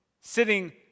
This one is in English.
sitting